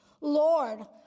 Lord